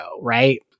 right